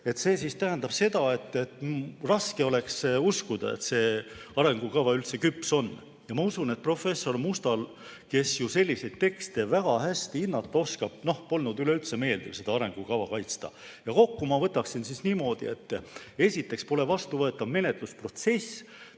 See tähendab, et raske on uskuda, et see arengukava üldse küps on. Ma usun, et professor Mustal, kes selliseid tekste väga hästi hinnata oskab, polnud üleüldse meeldiv seda arengukava kaitsta. Kokku ma võtaksin niimoodi, et esiteks pole vastuvõetav menetlusprotsess,